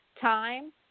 time